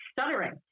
stuttering